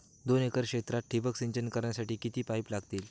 दोन एकर क्षेत्रात ठिबक सिंचन करण्यासाठी किती पाईप लागतील?